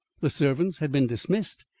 the servants had been dismissed,